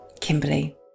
Kimberly